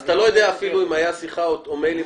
אז אתה לא יודע אפילו אם הייתה שיחה או מיילים.